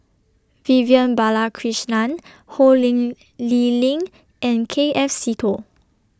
Vivian Balakrishnan Ho Ling Lee Ling and K F Seetoh